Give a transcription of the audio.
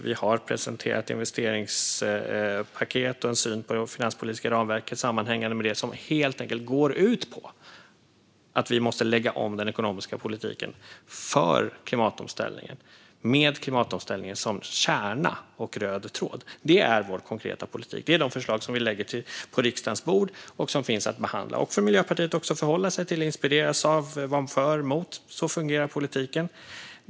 Vi har presenterat investeringspaket och en syn på det finanspolitiska ramverket sammanhängande med detta, som helt enkelt går ut på att vi måste lägga om den ekonomiska politiken för klimatomställningen, med klimatomställningen som kärna och röd tråd. Detta är vår konkreta politik. Detta är de förslag som vi lägger på riksdagens bord och som finns att behandla och för Miljöpartiet att förhålla sig till, inspireras av och vara för eller emot. Så fungerar politiken.